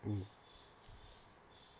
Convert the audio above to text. mm